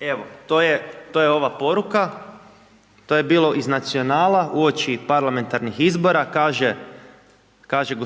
je, to je ova poruka. To je bilo iz Nacionala uoči parlamentarnih izbora, kaže g.